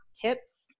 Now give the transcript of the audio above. Tips